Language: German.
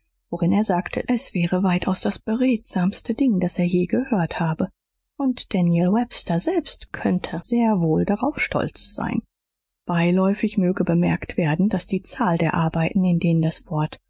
worin er sagte es wäre weitaus das beredsamste ding das er je gehört habe und daniel webster selbst könnte sehr wohl darauf stolz sein beiläufig möge bemerkt werden daß die zahl der arbeiten in denen das wort